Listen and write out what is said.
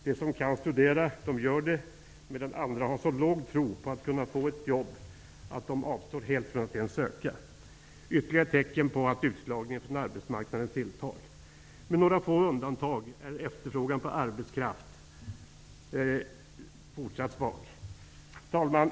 De som kan studera gör det medan andra har så låg tro på att de skall kunna få ett jobb helt avstår från att ens söka. Det är ytterligare ett tecken på att utslagningen från arbetsmarknaden tilltar. Med några få undantag är efterfrågan på arbetskraft fortsatt svag. Herr talman!